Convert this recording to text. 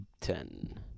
Ten